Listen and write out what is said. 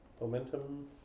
Momentum